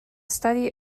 study